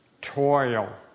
toil